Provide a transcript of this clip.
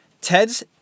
Ted's